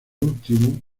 último